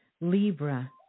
Libra